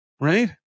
right